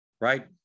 right